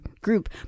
group